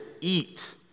eat